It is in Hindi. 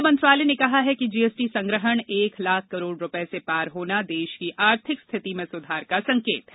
वित्त मंत्रालय ने कहा है कि जीएसटी संग्रहण एक लाख करोड़ रुपये से पार होना देश की आर्थिक स्थिति में सुधार का संकेत है